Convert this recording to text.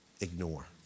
ignore